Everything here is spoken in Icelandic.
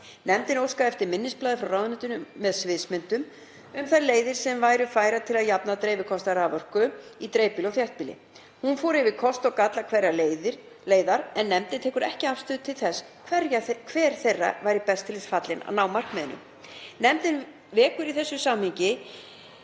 Nefndin óskaði eftir minnisblaði frá ráðuneytinu með sviðsmyndum um þær leiðir sem væru færar til að jafna dreifikostnað raforku í dreifbýli og þéttbýli. Hún fór yfir kosti og galla hverrar leiðar en nefndin tekur ekki afstöðu til þess hver þeirra væri best til þess fallin að ná markmiðinu. Nefndin vekur í þessu samhengi